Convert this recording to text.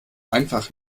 einfach